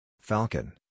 Falcon